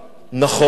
נכון,